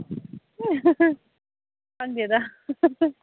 ꯈꯪꯗꯦꯗ